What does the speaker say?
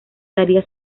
daría